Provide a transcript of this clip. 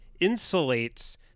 insulates